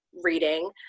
reading